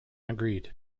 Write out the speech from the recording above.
agreed